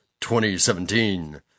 2017